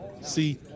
See